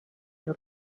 your